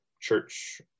church